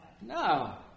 No